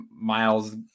Miles